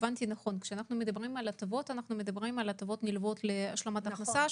כשאנחנו מדברים על הטבות אנחנו מדברים על הטבות נלוות להשלמת הכנסה,